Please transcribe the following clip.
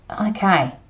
okay